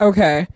Okay